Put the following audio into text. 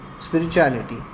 spirituality